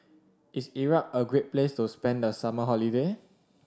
is Iraq a great place to spend the summer holiday